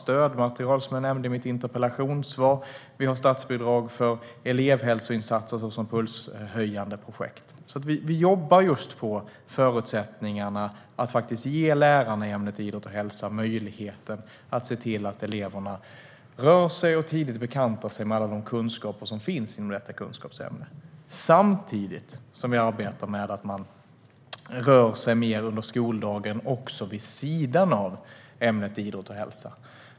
Vi har även stödmaterial, som jag nämnde i mitt interpellationssvar, och statsbidrag för elevhälsoinsatser såsom pulshöjande projekt. Vi jobbar på förutsättningarna att ge lärarna i ämnet idrott och hälsa möjligheten att se till att eleverna rör sig och tidigt bekantar sig med all den kunskap som finns inom detta kunskapsämne. Samtidigt arbetar vi med att eleverna ska röra sig mer under skoldagen, även vid sidan av ämnet idrott och hälsa.